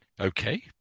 Okay